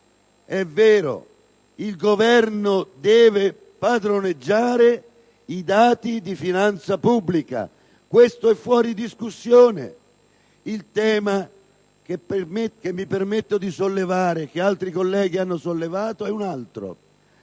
È vero, il Governo deve padroneggiare i dati di finanza pubblica, questo è fuori discussione. Il tema che mi permetto di sollevare e che altri colleghi hanno sollevato prima